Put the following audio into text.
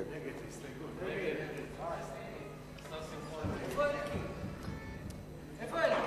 ההסתייגות לפני סעיף 1 של